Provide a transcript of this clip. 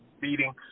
beating